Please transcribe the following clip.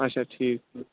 اچھا ٹھیٖک